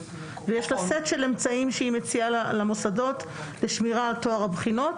ויש לה סט של אמצעים שהיא מציעה למוסדות לשמירה על טוהר הבחינות,